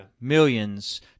millions